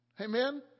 Amen